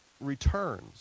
returns